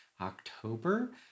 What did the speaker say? October